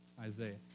Isaiah